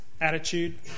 attitude